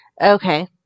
Okay